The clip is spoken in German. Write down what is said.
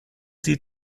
sie